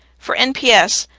for nps,